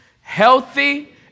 Healthy